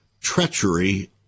Treachery